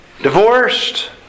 Divorced